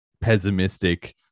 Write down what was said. pessimistic